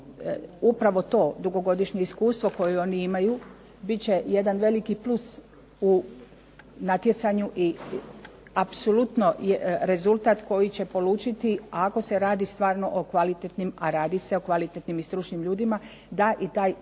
upravo to dugogodišnje iskustvo koje oni imaju bit će jedan veliki plus u natjecanju i apsolutno rezultat koji će polučiti ako se radi stvarno o kvalitetnim, a radi se o kvalitetnim i stručnim ljudima da i taj prijemni